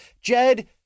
Jed